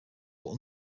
were